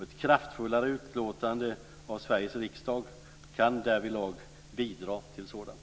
Ett kraftfullare utlåtande av Sveriges riksdag kan därvidlag bidra till ett sådant.